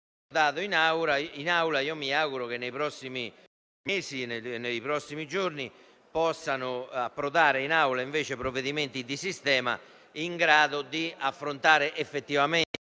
in Aula; mi auguro che nei prossimi mesi e nei prossimi giorni possano approdare in Aula invece provvedimenti di sistema in grado di affrontare effettivamente